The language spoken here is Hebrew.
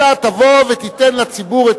אלא תבוא ותיתן לציבור את